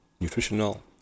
nutritional